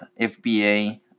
FBA